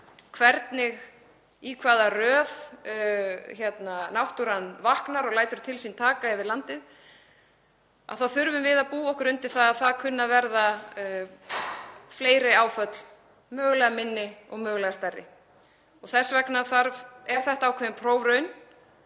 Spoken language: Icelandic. ekki í hvaða röð náttúran vaknar og lætur til sín taka yfir landið. Þá þurfum við að búa okkur undir að það kunni að verða fleiri áföll, mögulega minni og mögulega stærri. Þess vegna er þetta ákveðin prófraun,